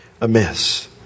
amiss